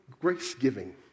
grace-giving